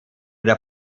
der